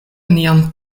nian